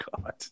God